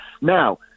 Now